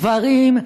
גברים,